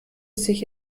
sich